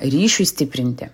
ryšiui stiprinti